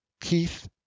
Keith